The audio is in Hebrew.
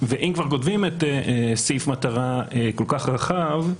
ואם כבר כותבים סעיף מטרה כל-כך רחב,